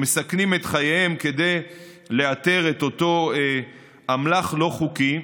המסכנים את חייהם כדי לאתר את אותו אמל"ח לא חוקי.